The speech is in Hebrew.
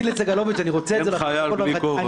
איזה חיל בלי כובע?